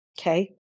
okay